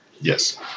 Yes